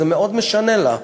זה מאוד משנה לה.